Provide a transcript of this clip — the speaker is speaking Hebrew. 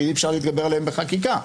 שאי-אפשר להתגבר עליהם בחקיקה.